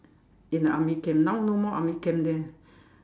in the army camp now no more army camp there